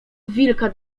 wilka